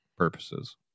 purposes